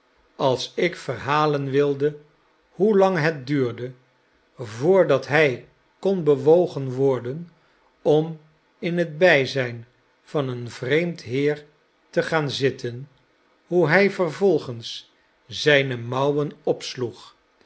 als ik verhalen wilde hoelang het duurde voordat hij kon bewogen worden om in het bijzljn van een vreemd heer te gaan zitten hoe hij vervolgens zijne mouwen opsloeg